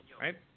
right